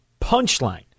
punchline